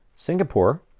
Singapore